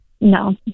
No